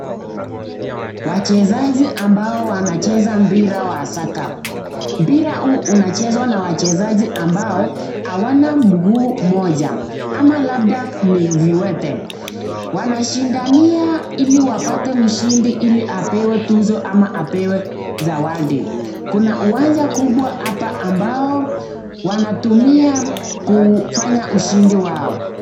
Wachezaji ambao wanacheza mprira wa soka. Mpira huu unachezwa na wachezaji ambao hawana mguu moja ama labda ni viwete. Wanashindania iliwapate mshindi iliwapewe tuzo ama apewe zawadi. Kuna uwanja kubwa hapa ambao wanatumia kufanya ushindi wao.